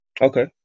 Okay